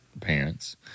parents